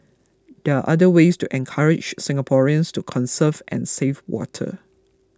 there are other ways to encourage Singaporeans to conserve and save water